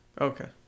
Okay